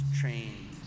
trained